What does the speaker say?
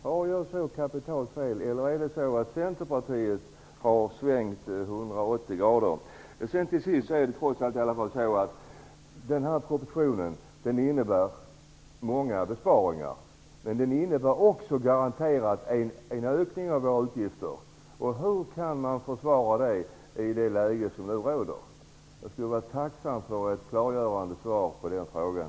Har jag så kapitalt fel, eller har Centerpartiet svängt 180 grader? Denna proposition innebär många besparingar, men den innebär också garanterat en ökning av våra utgifter. Hur kan det försvaras i nuvarande läge? Jag skulle vara tacksam för ett klargörande svar på den frågan.